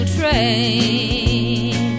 train